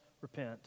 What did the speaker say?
repent